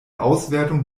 auswertung